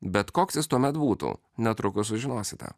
bet koks jis tuomet būtų netrukus sužinosite